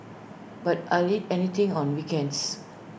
but I'd eat anything on weekends